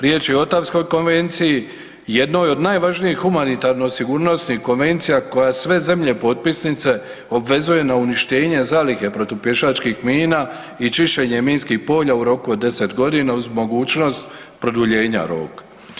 Riječ je o Ottawskoj konvenciji jednoj od najvažnijih humanitarno-sigurnosnih konvencija koja sve zemlje potpisnice na uništenje zalihe protupješačkih mina i čišćenje minskih polja u roku od 10 godina uz mogućnost produljenja roka.